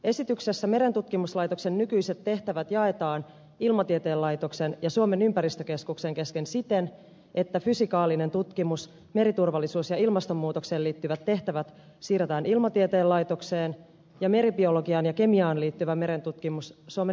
esityksessä merentutkimuslaitoksen nykyiset tehtävät jaetaan ilmatieteen laitoksen ja suomen ympäristökeskuksen kesken siten että fysikaalinen tutkimus meriturvallisuus ja ilmastonmuutokseen liittyvät tehtävät siirretään ilmatieteen laitokseen ja meribiologiaan ja kemiaan liittyvä merentutkimus suomen ympäristökeskukseen